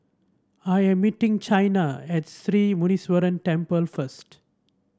I am meeting Chyna at Sri Muneeswaran Temple first